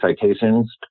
citations